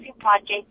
project